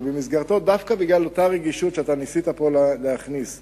שבמסגרתו דווקא בגלל אותה רגישות שניסית פה להכניס,